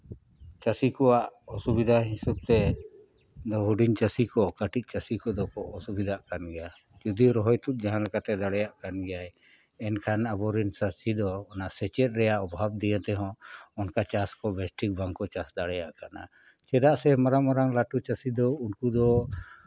ᱪᱟᱹᱥᱤ ᱠᱚᱣᱟᱜ ᱚᱥᱩᱵᱤᱫᱷᱟ ᱦᱤᱥᱟᱹᱵᱽ ᱛᱮ ᱫᱚ ᱦᱩᱰᱤᱧ ᱪᱟᱹᱥᱤ ᱠᱚ ᱠᱟᱹᱴᱤᱡ ᱪᱟᱹᱥᱤ ᱠᱚᱫᱚ ᱠᱚ ᱚᱥᱩᱵᱤᱫᱷᱟᱜ ᱠᱟᱱ ᱜᱮᱭᱟ ᱡᱳᱫᱤᱭᱳ ᱨᱚᱦᱚᱭ ᱛᱩᱫ ᱡᱟᱦᱟᱸ ᱞᱮᱠᱟᱛᱮᱭ ᱫᱟᱲᱮᱭᱟᱜ ᱠᱟᱱ ᱜᱮᱭᱟᱭ ᱮᱱᱠᱷᱟᱱ ᱟᱵᱚ ᱨᱮᱱ ᱪᱟᱹᱥᱤ ᱫᱚ ᱚᱱᱟ ᱥᱮᱪᱮᱫ ᱨᱮᱭᱟᱜ ᱚᱵᱷᱟᱵᱽ ᱫᱤᱭᱮ ᱛᱮᱦᱚᱸ ᱚᱱᱠᱟ ᱪᱟᱥ ᱠᱚ ᱵᱮᱥ ᱴᱷᱤᱠ ᱵᱟᱝᱠᱚ ᱪᱟᱥ ᱫᱟᱲᱮᱭᱟᱜ ᱠᱟᱱᱟ ᱪᱮᱫᱟᱜ ᱥᱮ ᱢᱟᱨᱟᱝ ᱢᱟᱨᱟᱝ ᱞᱟᱹᱴᱩ ᱪᱟᱹᱥᱤ ᱫᱚ ᱩᱱᱠᱩ ᱫᱚ